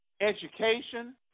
education